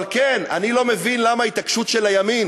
אבל כן, אני לא מבין למה ההתעקשות של הימין